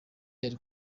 ari